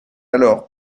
alors